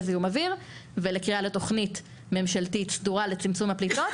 זיהום אוויר ולקריאה לתוכנית ממשלתית סדורה לצמצום הפליטות.